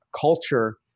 culture